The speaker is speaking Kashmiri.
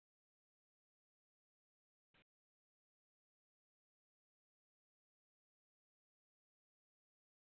اچھا مگر مطلب پَتہٕ کیٛاہ چھِ تَتھ فیٖچٲرٕز مطلب کیٛاہ کِتھ کَنہٕ کیٛاہ چھِ سُہ فون فایِو جی چھا تَتھ چَلان